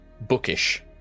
bookish